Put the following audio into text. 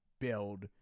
build